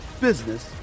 business